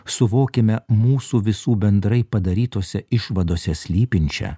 suvokiame mūsų visų bendrai padarytose išvadose slypinčią